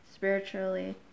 Spiritually